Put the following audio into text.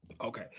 okay